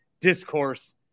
discourse